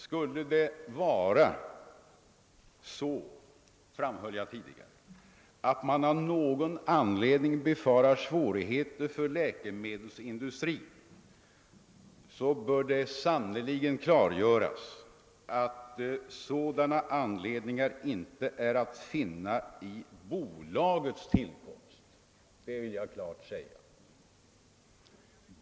Skulle det, framhöll jag tidigare, vara så att man befarar svårigheter för läkemedelsindustrin bör det klargöras att någon anledning därtill inte är att finna i bolagets tillkomst.